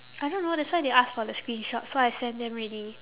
I don't know that's why they ask for the screenshot so I send them already